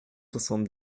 soixante